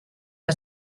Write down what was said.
que